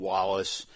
Wallace